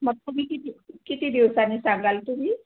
मग तुम्ही किती किती दिवसांनी सांगाल तुम्ही